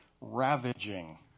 ravaging